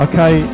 Okay